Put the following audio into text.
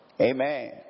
Amen